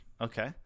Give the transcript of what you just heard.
Okay